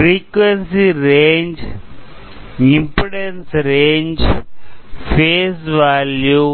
frequency range impedance range phase value